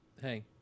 hey